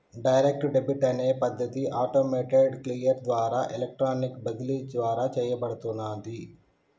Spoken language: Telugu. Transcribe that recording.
డైరెక్ట్ డెబిట్ అనే పద్ధతి ఆటోమేటెడ్ క్లియర్ ద్వారా ఎలక్ట్రానిక్ బదిలీ ద్వారా చేయబడుతున్నాది